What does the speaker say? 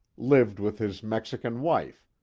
lived with his mexican wife,